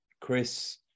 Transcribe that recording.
Chris